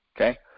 okay